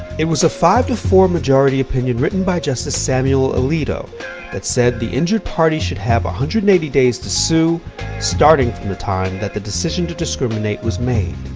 it was a five to four majority opinion written by justice samuel alito that said the injured party should have one hundred and eighty days to sue starting from the time that the decision to discriminate was made.